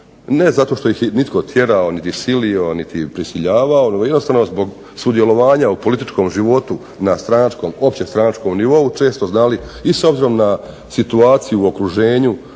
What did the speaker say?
ne zato što ih je itko tjerao niti silio niti prisiljavao nego jednostavno zbog sudjelovanja u političkom životu na stranačkom, općem stranačkom nivou često znali i s obzirom na situaciju u okruženju